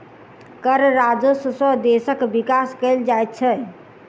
कर राजस्व सॅ देशक विकास कयल जाइत छै